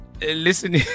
listen